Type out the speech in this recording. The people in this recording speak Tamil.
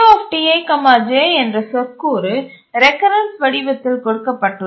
CPUTij என்ற சொற்கூறு ரெகரென்ஸ் வடிவத்தில் கொடுக்கப்பட்டுள்ளது